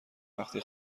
وقتی